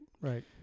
right